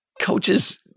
coaches